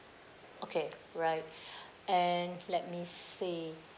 okay right and let me see